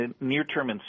near-term